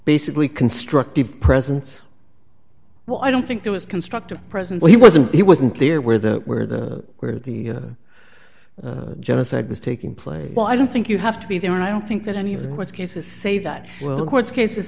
basically constructive presence well i don't think there was constructive present he wasn't it wasn't clear where the where the where the genocide was taking place well i don't think you have to be there and i don't think that any of the reports cases say that world court cases